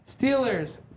Steelers